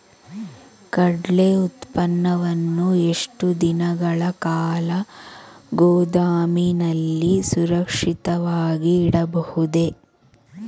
ಕಡ್ಲೆ ಉತ್ಪನ್ನವನ್ನು ಎಷ್ಟು ದಿನಗಳ ಕಾಲ ಗೋದಾಮಿನಲ್ಲಿ ಸುರಕ್ಷಿತವಾಗಿ ಇಡಬಹುದು?